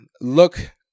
look